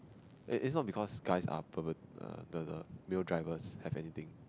it its not because guys are pervert the the male drivers have anything